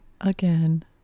Again